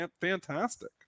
fantastic